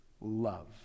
Love